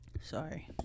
Sorry